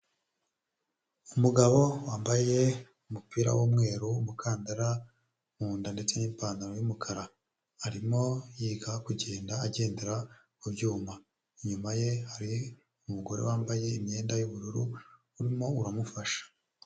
Umugabo wambaye umupira w'umweru, umukandara mu nda ndetse n'ipantaro y'umukara, arimo yiga kugenda agendera ku byuma, inyuma ye hari umugore wambaye imyenda y'ubururu urimo uramufasha.